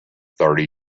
thirty